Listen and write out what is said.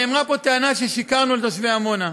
נאמרה פה טענה ששיקרנו לתושבי עמונה.